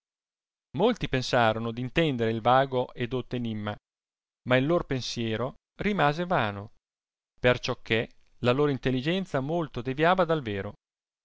molti pensarono d'intendere il vago e dotto enimma ina il lor pensiero rimase vano perciò che la loro intelligenza molto deviava dal vero